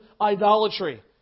idolatry